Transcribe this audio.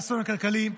האסון הכלכלי,